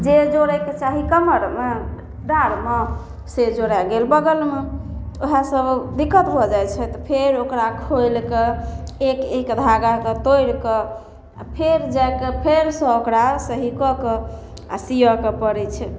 जे जोड़ैके चाही कमरमे डाढ़मे से जोड़ै गेल बगलमे ओहेसब दिक्कत भऽ जाइ छै तऽ फेर ओकरा खोलिकऽ एक एक धागाके तोड़िकऽ आओर फेर जाकऽ फेरसँ ओकरा सही कऽ कऽ आओर सिअऽके पड़ै छै